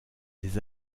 des